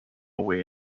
away